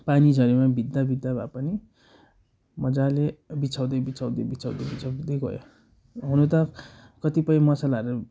पानी झरीमा भिज्दा भिज्दा भए पनि मज्जाले बिछाउँदै बिछाउँदै बिछाउँदै बिछाउँदै गयो हुनु त कतिपय मसलाहरू